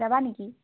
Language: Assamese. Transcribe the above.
যাবা নেকি